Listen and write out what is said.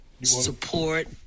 support